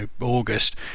August